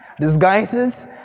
disguises